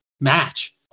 match